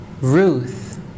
Ruth